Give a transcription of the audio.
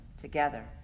together